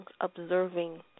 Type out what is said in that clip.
observing